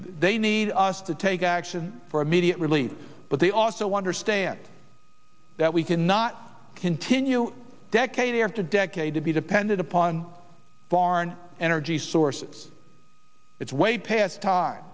they need us to take action for immediate relief but they also understand that we cannot continue decade after decade to be dependent upon foreign energy sources it's way past time